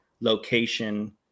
location